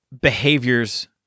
behaviors